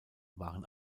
waren